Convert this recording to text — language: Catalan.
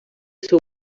seu